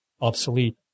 obsolete